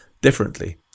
differently